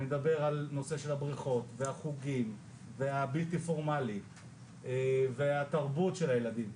אני מדבר על הנושא של הבריכות והחוגים והבלתי פורמלי והתרבות של הילדים,